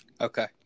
Okay